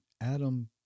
Adam